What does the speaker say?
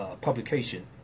publication